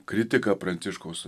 kritika pranciškaus